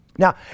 Now